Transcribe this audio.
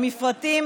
המפרטים